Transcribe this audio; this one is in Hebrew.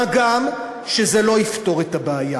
מה גם שזה לא יפתור את הבעיה.